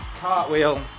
cartwheel